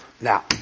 Now